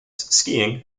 skiing